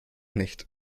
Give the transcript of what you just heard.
nicht